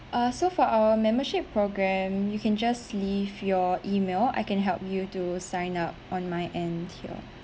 uh so for our membership program you can just leave your E-mail I can help you to sign up on my end here